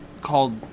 called